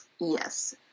yes